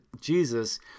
Jesus